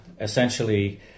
Essentially